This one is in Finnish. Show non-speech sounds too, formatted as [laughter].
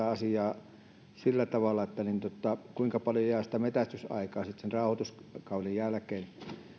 [unintelligible] asiaa sillä tavalla kuinka paljon jää metsästysaikaa sen rauhoituskauden jälkeen